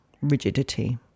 rigidity